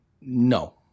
No